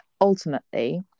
ultimately